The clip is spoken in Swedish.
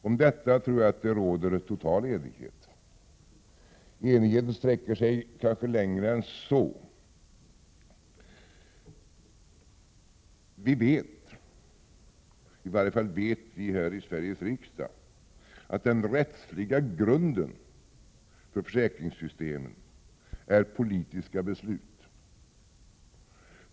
Om detta tror jag att det råder total enighet. Enigheten sträcker sig dock kanske längre än så. Vi vet ju, i varje fall här i Sveriges riksdag, att den rättsliga grunden för försäkringssystemen är politiska beslut.